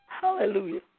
Hallelujah